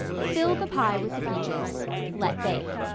fill the pie with the peaches let bake.